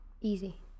Easy